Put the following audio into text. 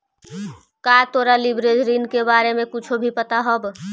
का तोरा लिवरेज ऋण के बारे में कुछो भी पता हवऽ?